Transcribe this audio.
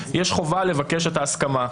יש חובה לבקש את ההסכמה,